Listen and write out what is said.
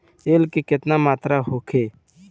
तेल के केतना मात्रा होखे?